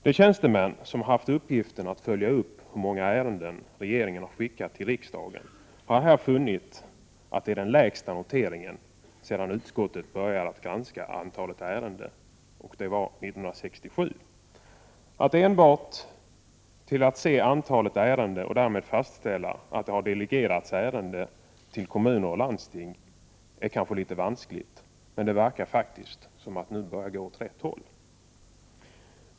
De tjänstemän som har haft i uppgift att följa upp hur många ärenden som regeringen har skickat till riksdagen har här funnit den lägsta noteringen sedan utskottet började att granska antalet ärenden, och det var 1967. Att enbart se till antalet ärenden och utifrån detta fastställa att det har delegerats ärenden till kommuner och landsting är kanske litet vanskligt. Men nu verkar det faktiskt gå åt rätt håll.